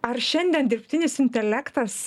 ar šiandien dirbtinis intelektas